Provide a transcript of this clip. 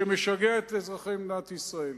שמשגע את אזרחי מדינת ישראל.